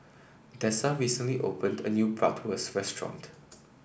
Dessa recently opened a new Bratwurst Restaurant